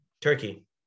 Turkey